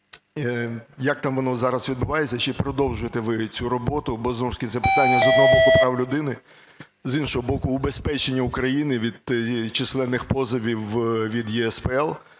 Як воно там зараз відбувається, чи продовжите ви цю роботу? Бо знову ж таки це питання з одного боку прав людини, з іншого боку убезпечення України від численних позовів від ЄСПЛ.